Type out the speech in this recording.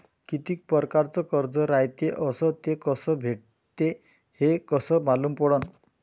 कितीक परकारचं कर्ज रायते अस ते कस भेटते, हे कस मालूम पडनं?